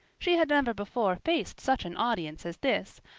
she had never before faced such an audience as this,